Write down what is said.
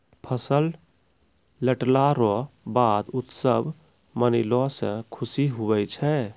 फसल लटला रो बाद उत्सव मनैलो से खुशी हुवै छै